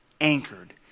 anchored